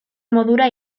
modura